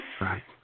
Right